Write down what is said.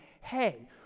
hey